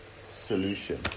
solution